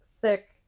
thick